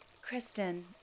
Kristen